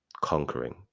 conquering